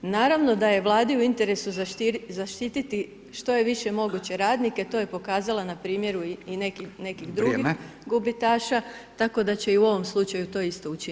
Naravno da je Vladi u interesu zaštiti što je više moguće radnike to je pokazala na primjeru i nekih drugih gubitaša, tako da će i ovom slučaju to isto učiniti.